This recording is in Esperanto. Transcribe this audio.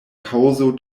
kaŭzo